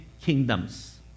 kingdoms